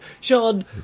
Sean